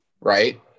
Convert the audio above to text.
right